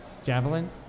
Javelin